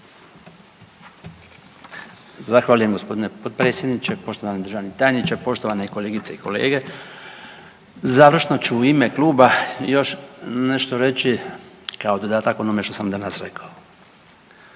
Zahvaljujem gospodine potpredsjedniče. Poštovani državni tajniče, poštovane kolegice i kolege. Završno ću u ime Kluba još nešto reći kao dodatak onome što sam danas rekao.